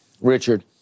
Richard